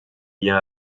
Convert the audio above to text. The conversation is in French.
lien